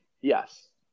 Yes